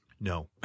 No